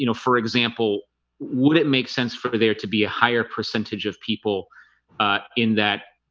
you know for example would it make sense for there to be a higher percentage of people? ah in that